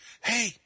hey